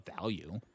value